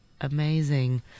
Amazing